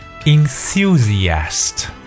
Enthusiast